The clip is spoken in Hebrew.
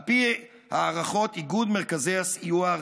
על פי הערכות איגוד מרכזי הסיוע,